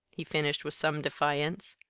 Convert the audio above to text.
he finished with some defiance.